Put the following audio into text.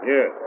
Yes